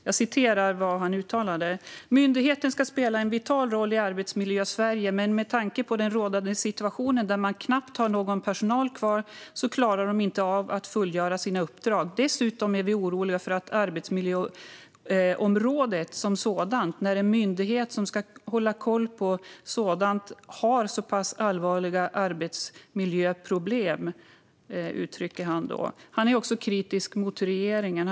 Han säger till DN: "Myndigheten ska spela en vital roll i arbetsmiljö-Sverige, men med tanke på rådande situation där man knappt har någon personal kvar så klarar de inte av att fullföra sitt uppdrag. Dessutom är vi oroliga för arbetsmiljöområdet som sådant, när en myndighet som ska hålla koll på sådant har så pass allvarliga arbetsmiljöproblem." Han är också kritisk mot regeringen.